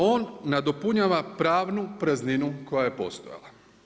On nadopunjava pravnu prazninu koja je postojala.